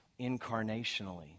incarnationally